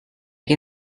can